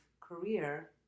career